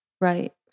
right